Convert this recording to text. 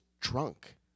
drunk